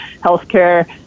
healthcare